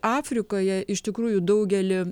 afrikoje iš tikrųjų daugelį